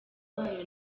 bayo